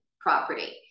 property